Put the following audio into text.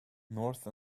north